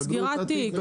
סגירת תיק.